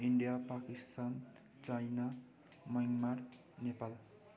India Pakistan China Myanmar Nepal